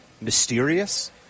mysterious